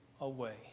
away